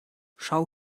schau